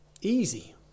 easy